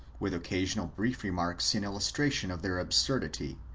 with occasional brief remarks in illustration of their absurdity,